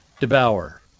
devour